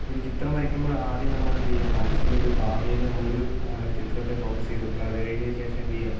ഒരു ചിത്രം വരയ്ക്കുമ്പോഴ് ആദ്യം നമ്മളെന്തു ചെയ്യുക മനസ്സിലൊരു ഭാവനയിൽ നമ്മളൊരു ചിത്രത്തെ ഫോക്കസ് ചെയ്ത് വയ്ക്കുക അതു കഴിഞ്ഞതിനു ശേഷം എന്തു ചെയ്യുക